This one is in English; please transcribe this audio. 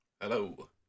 Hello